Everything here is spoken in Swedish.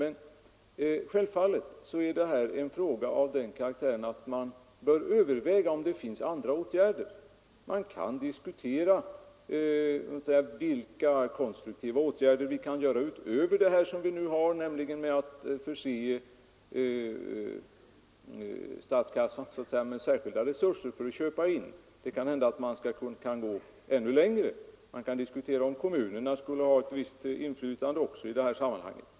Men självfallet är detta en fråga av sådan karaktär att vi bör överväga om det finns andra åtgärder att tillgripa. Man kan diskutera vilka konstruktiva grepp som kan tas utöver vad som nu förekommer, t.ex. att tillföra statskassan särskilda resurser för inköp av äldre kulturföremål. Det är tänkbart att man kunde gå ännu längre och diskutera, om också kommunerna skulle ha ett visst inflytande i det sammanhanget.